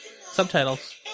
Subtitles